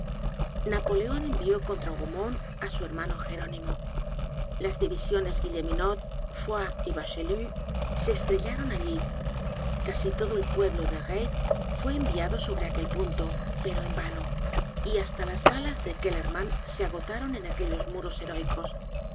napoleon envió contra hougomont á su hermano jerónimo las divisiones guilleminot foy y bachelu se estrellaron allí casi todo el cuerpo de reille fué enviado sobre aquel punto pero en vano y hasta las balas de kellermann se agotaron en aquellos muros heroicos